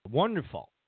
wonderful